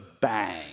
bang